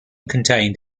contained